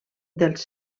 dels